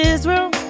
Israel